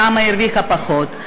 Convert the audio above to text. למה היא הרוויחה פחות?